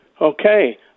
Okay